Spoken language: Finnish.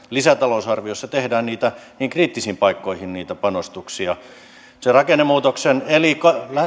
lisätalousarviossa tehdään niihin kriittisiin paikkoihin niitä panostuksia rakennemuutoksen